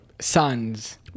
sons